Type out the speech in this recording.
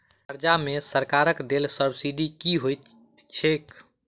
कर्जा मे सरकारक देल सब्सिडी की होइत छैक?